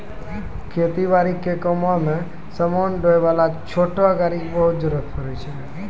खेती बारी के कामों मॅ समान ढोय वाला छोटो गाड़ी के बहुत जरूरत पड़ै छै